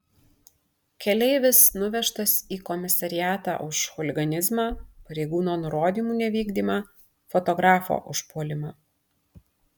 keleivis nuvežtas į komisariatą už chuliganizmą pareigūno nurodymų nevykdymą fotografo užpuolimą